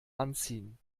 anziehen